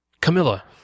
Camilla